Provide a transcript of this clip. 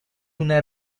una